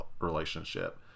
relationship